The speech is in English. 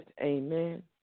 Amen